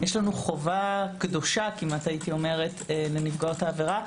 יש לנו חובה קדושה הייתי אומרת לנפגעות העבירה.